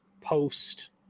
post